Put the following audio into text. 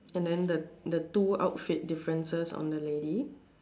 and then the the two outfit differences on the lady